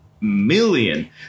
million